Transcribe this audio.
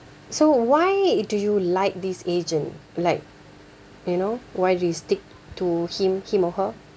so why do you like this agent like you know why do you stick to him him or her